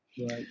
right